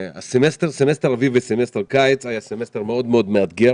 סמסטר אביב וסמסטר קיץ היו מאוד מאתגרים